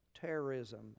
terrorism